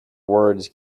words